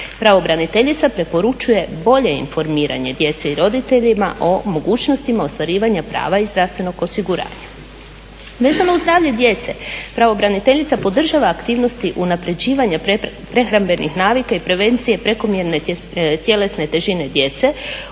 Pravobraniteljica preporučuje bolje informiranje djece i roditelja o mogućnostima ostvarivanja prava iz zdravstvenog osiguranja. Ne samo zdravlje djece, pravobraniteljica podržava aktivnosti unapređivanja prehrambenih navika i prevencije prekomjerne tjelesne težine djece